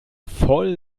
voll